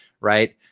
Right